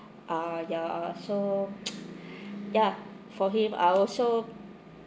ah ya so ya for him are also